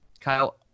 Kyle